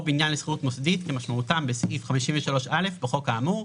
בניין לשכירות מוסדית כמשמעותם בסעיף 53א בחוק האמור,